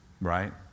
right